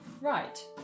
right